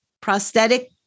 prosthetic